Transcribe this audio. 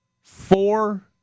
four